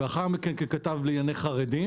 לאחר מכן, ככתב לענייני חרדים